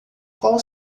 qual